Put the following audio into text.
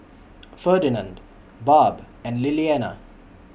Ferdinand Barb and Lilliana